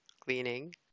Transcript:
cleaning